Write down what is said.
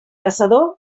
caçador